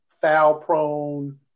foul-prone